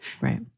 Right